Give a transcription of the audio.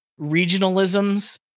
regionalisms